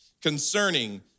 concerning